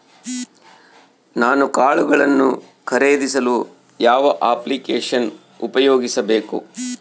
ನಾನು ಕಾಳುಗಳನ್ನು ಖರೇದಿಸಲು ಯಾವ ಅಪ್ಲಿಕೇಶನ್ ಉಪಯೋಗಿಸಬೇಕು?